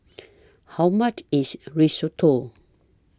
How much IS Risotto